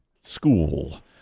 school